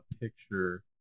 picture